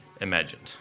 imagined